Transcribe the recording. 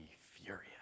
furious